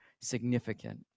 significant